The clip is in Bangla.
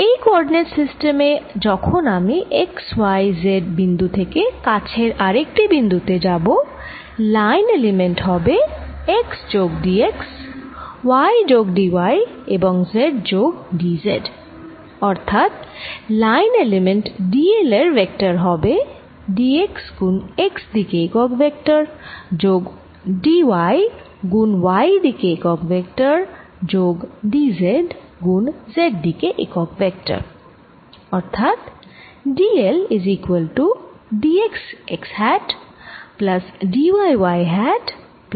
এই কোঅরডিনেট সিস্টেম এ যখন আমি x y z বিন্দু থেকে কাছের আরেকটি বিন্দু তে যাব লাইন এলিমেন্ট হবে x যোগ d x y যোগd y এবং z যোগ d z অর্থাৎ লাইন এলিমেন্ট d l এর ভেক্টর হবে d x গুন x দিকে একক ভেক্টর যোগ d y গুন y দিকে একক ভেক্টর যোগ d z গুন z দিকে একক ভেক্টর